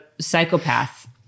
psychopath